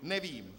Nevím.